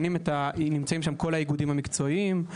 נמצאים שם כל האיגודים המקצועיים,